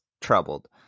troubled